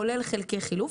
כולל חלקי חילוף,